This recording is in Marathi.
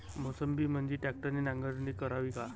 मोसंबीमंदी ट्रॅक्टरने नांगरणी करावी का?